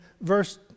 verse